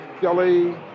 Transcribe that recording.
Kelly